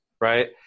right